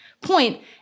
point